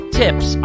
tips